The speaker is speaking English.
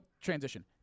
transition